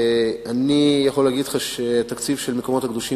אני יכול להגיד לך שהתקציב של המקומות הקדושים